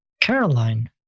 Caroline